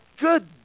good